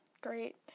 great